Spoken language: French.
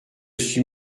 suis